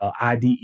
IDE